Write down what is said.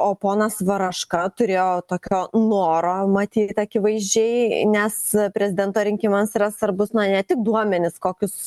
o ponas varaška turėjo tokio noro matyt akivaizdžiai nes prezidento rinkimams yra svarbūs na ne tik duomenys kokius